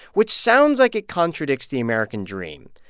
which sounds like it contradicts the american dream.